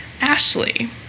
Ashley